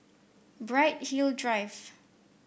Bright Hill Drive